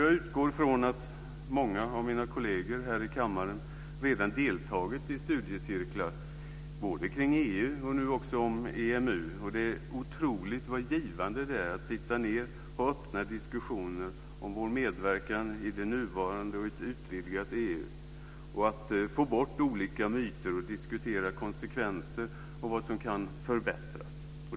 Jag utgår från att många av mina kolleger här i kammaren redan har deltagit i studiecirklar både kring EU och nu också kring EMU. Det är otroligt vad givande det är att sitta ned och ha öppna diskussioner om vår medverkan i det nuvarande EU och ett utvidgat EU, att få bort olika myter, att diskutera konsekvenser och vad som kan förbättras.